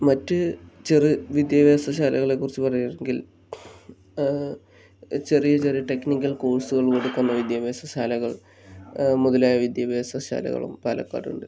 മറ്റു ചെറു വിദ്യാഭ്യാസ ശാലകളെ കുറിച്ച് പറയുകയാണെങ്കിൽ ചെറിയ ചെറിയ ടെക്നിക്കൽ കോഴ്സുകൾ കൊടുക്കുന്ന വിദ്യാഭ്യാസ ശാലകൾ മുതലായ വിദ്യാഭ്യാസ ശാലകളും പാലക്കാട് ഉണ്ട്